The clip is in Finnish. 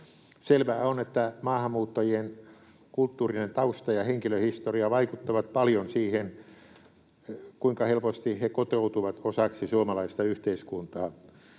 Selvää on, että maahanmuuttajien kulttuurinen tausta ja henkilöhistoria vaikuttavat paljon siihen, kuinka helposti he kotoutuvat osaksi suomalaista yhteiskuntaa.